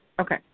Okay